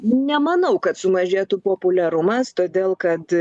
nemanau kad sumažėtų populiarumas todėl kad